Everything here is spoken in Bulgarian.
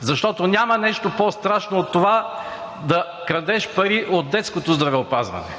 Защото няма нещо по-страшно от това, да крадеш пари от детското здравеопазване!